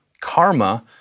Karma